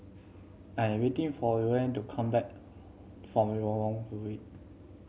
I am waiting for Lorine to come back from